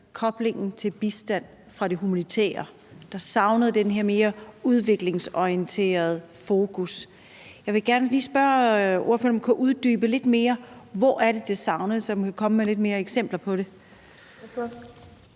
koblingen til bistand fra det humanitære, hvor det her mere udviklingsorienterede fokus savnes. Jeg vil gerne lige spørge ordføreren, om han kan uddybe lidt mere, hvor det er, det savnes, altså om han kan komme med lidt flere eksempler på det.